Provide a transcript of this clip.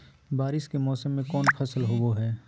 बारिस के मौसम में कौन फसल होबो हाय?